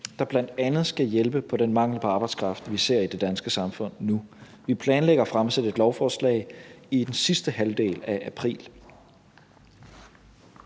der bl.a. skal hjælpe på den mangel på arbejdskraft, vi ser i det danske samfund nu. Vi planlægger at fremsætte et lovforslag i den sidste halvdel af april.